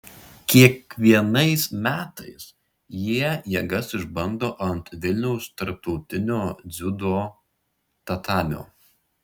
kiekvienais metais jie jėgas išbando ant vilniaus tarptautinio dziudo tatamio